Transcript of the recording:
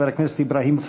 חבר הכנסת אברהים צרצור.